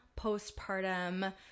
postpartum